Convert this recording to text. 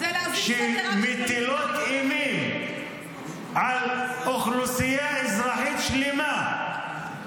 שמטילות אימים על אוכלוסייה אזרחית שלמה.